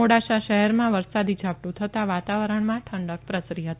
મોડાસા શહેરમાં વરસાદી ઝાપટું થતાં વાતાવરણમાં ઠંડક પ્રસરી હતી